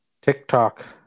TikTok